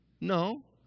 No